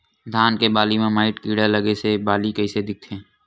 धान के बालि म माईट कीड़ा लगे से बालि कइसे दिखथे?